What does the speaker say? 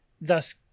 thus